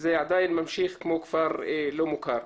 זה עדיין ממשיך כמו כפר לא מוכר.